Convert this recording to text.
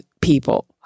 people